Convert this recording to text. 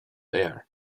air